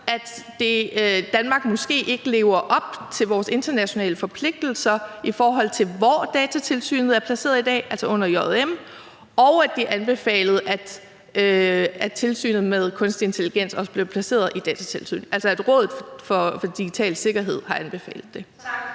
at Danmark måske ikke lever op til vores internationale forpligtelser, i forhold til hvor Datatilsynet er placeret i dag, altså under Justitsministeriet, og anbefaler, at tilsynet med kunstig intelligens også bliver placeret i Datatilsynet, altså at Rådet for Digital Sikkerhed har anbefalet det?